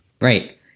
right